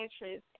interest